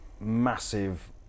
massive